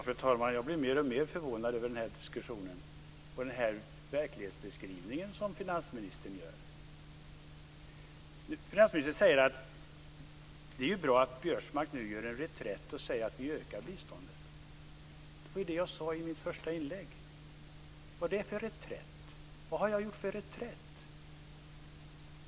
Fru talman! Jag blir mer och mer förvånad över den här diskussionen och finansministerns verklighetsbeskrivning. Finansministern säger att det är bra att Biörsmark nu gör en reträtt och säger att regeringen ökar biståndet. Det sade jag ju redan i mitt första inlägg. Vad är det för reträtt finansministern talar om? Vad har jag gjort för reträtt?